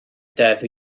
deddf